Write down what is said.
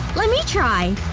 let me try!